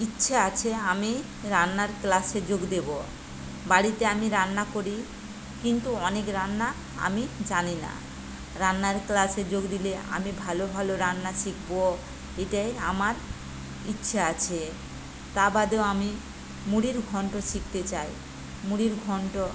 ইচ্ছে আছে আমি রান্নার ক্লাসে যোগ দেব বাড়িতে আমি রান্না করি কিন্তু অনেক রান্না আমি জানি না রান্নার ক্লাসে যোগ দিলে আমি ভালো ভালো রান্না শিখব এটাই আমার ইচ্ছা আছে তার বাদেও আমি মুড়ির ঘণ্ট শিখতে চাই মুড়ির ঘণ্ট